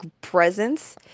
presence